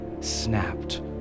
snapped